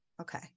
Okay